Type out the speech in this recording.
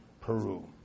Peru